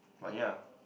but yeah